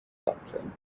doctrine